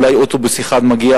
אולי אוטובוס אחד מגיע,